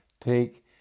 take